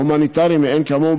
הומניטרי מאין כמוהו,